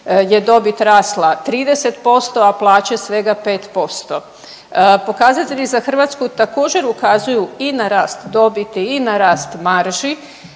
je dobit rasla 30%, a plaće svega 5%. Pokazatelji za Hrvatsku također, ukazuju i na rast dobiti i na rast marži,